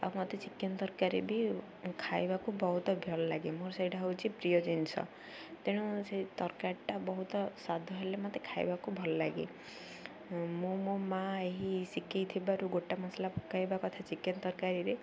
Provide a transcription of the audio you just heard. ଆଉ ମତେ ଚିକେନ୍ ତରକାରୀ ବି ଖାଇବାକୁ ବହୁତ ଭଲ ଲାଗେ ମୋର ସେଇଟା ହେଉଛି ପ୍ରିୟ ଜିନିଷ ତେଣୁ ସେ ତରକାରୀଟା ବହୁତ ସ୍ଵାଦ ହେଲେ ମତେ ଖାଇବାକୁ ଭଲ ଲାଗେ ମୁଁ ମୋ ମାଆ ଏହି ଶିଖାଇ ଥିବାରୁ ଗୋଟା ମସଲା ପକାଇବା କଥା ଚିକେନ୍ ତରକାରୀରେ